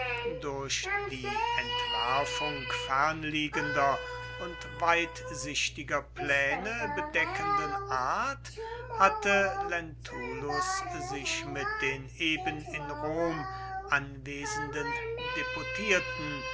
durch die entwerfung fernliegender und weitsichtiger pläne bedeckenden art hatte lentulus sich mit den eben in rom anwesenden deputierten